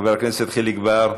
חבר הכנסת חיליק בר,